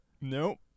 Nope